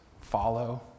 follow